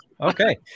okay